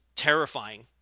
terrifying